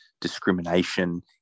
discrimination